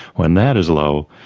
when that is low,